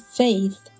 faith